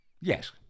yes